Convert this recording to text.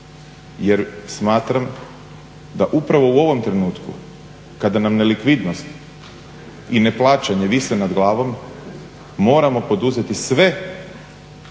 jer smatram da upravo u ovom trenutku kada nam nelikvidnost i neplaćanje vise nad glavom moramo poduzeti sve